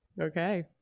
Okay